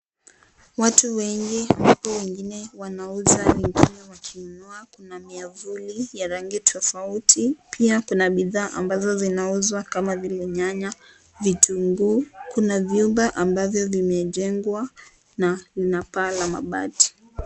Watu wengi ambapo wengine wanauza wengine wakinunua, kuna miavuli ya rangi tofauti, pia kuna bidhaa ambazo zinauzwa kama vile; nyanya, vitunguu. Kuna vyumba ambavyo vimejengwa na ina paa la mabati.